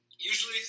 usually